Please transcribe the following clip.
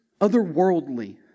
otherworldly